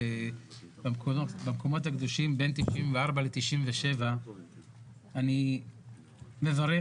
המקומות הקדושים בין 94-97, אני מברך